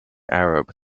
arab